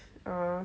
err